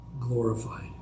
glorified